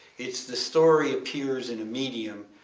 it's the story appears in a medium,